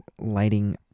lighting